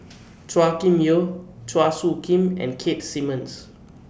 Chua Kim Yeow Chua Soo Khim and Keith Simmons